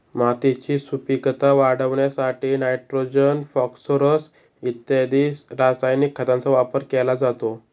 मातीची सुपीकता वाढवण्यासाठी नायट्रोजन, फॉस्फोरस इत्यादी रासायनिक खतांचा वापर केला जातो